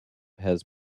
had